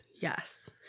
yes